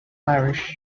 parish